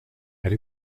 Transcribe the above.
elle